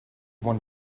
won